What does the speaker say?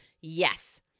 Yes